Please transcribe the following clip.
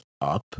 up